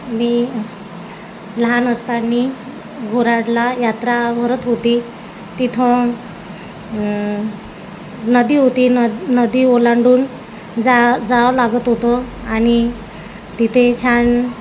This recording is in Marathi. मी लहान असताना घोराडला यात्रा भरत होती तिथं नदी होती न नदी ओलांडून जा जावं लागत होतं आण् तिथे छान